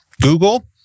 Google